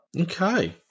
Okay